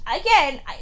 again